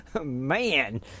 man